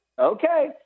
Okay